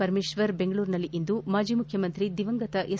ಪರಮೇಶ್ವರ್ ಬೆಂಗಳೂರಿನಲ್ಲಿಂದು ಮಾಜಿ ಮುಖ್ಯಮಂತ್ರಿ ದಿವಂಗತ ಎಸ್